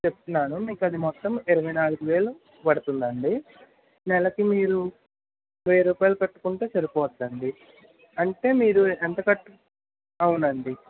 చెప్తున్నాను మీకు అది మొత్తం ఇరవై నాలుగు వేలు పడుతుందండి నెలకు మీరు వెయ్యి రూపాయలు కట్టుకుంటే సరిపోద్ది అండి అంటే మీరు ఎంత కట్టు అవునండి